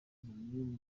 niwe